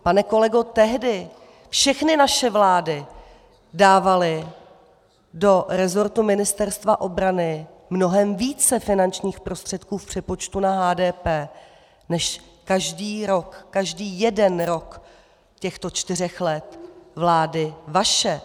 Pane kolego, tehdy všechny naše vlády dávaly do rezortu Ministerstva obrany mnohem více finančních prostředků v přepočtu na HDP než každý rok, každý jeden rok těchto čtyř let vlády vaše.